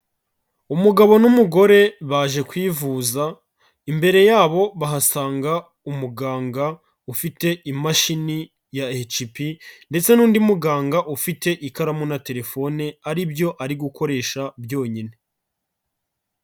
Umugabo n'umugore baje kwivuza, imbere yabo bahasanga umuganga ufite imashini ya HP ndetse n'undi muganga ufite ikaramu na telefone, ari byo ari gukoresha byonyine.